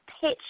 pitch